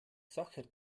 sacher